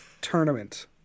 tournament